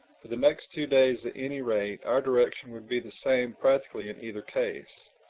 for the next two days at any rate our direction would be the same practically in either case.